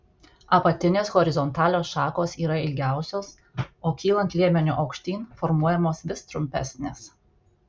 apatinės horizontalios šakos yra ilgiausios o kylant liemeniu aukštyn formuojamos vis trumpesnės